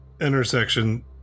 intersection